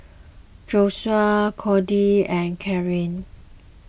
Joshua Codie and Carie